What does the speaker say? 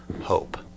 hope